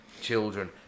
children